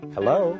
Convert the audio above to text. Hello